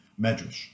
Medrash